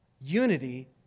Unity